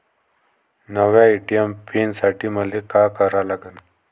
नव्या ATM pin साठी मले का करा लागन?